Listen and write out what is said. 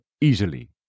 easily